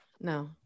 No